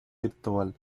virtual